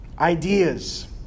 ideas